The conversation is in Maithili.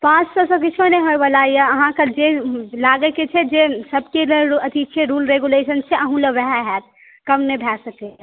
पाँच सए सॅं किछो नहि होइ बला यऽ अहाँकेॅं जे लागै के छै जे रुल रेगुलेशन छियै अहूँ लग वएह हैत कम नहि भय सकैया